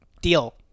deal